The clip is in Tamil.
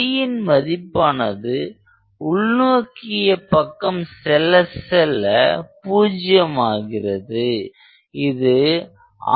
yன் மதிப்பானது உள்நோக்கிய பக்கம் செல்ல செல்ல பூஜ்ஜியம் ஆகிறது